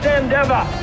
endeavor